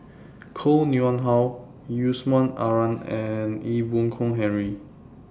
Koh Nguang How Yusman Aman and Ee Boon Kong Henry